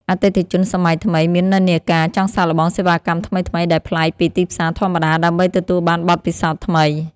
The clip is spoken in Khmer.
អតិថិជនសម័យថ្មីមាននិន្នាការចង់សាកល្បងសេវាកម្មថ្មីៗដែលប្លែកពីទីផ្សារធម្មតា ដើម្បីទទួលបានបទពិសោធន៍ថ្មី។